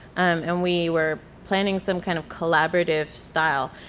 um and we were planning some kind of collaborative style.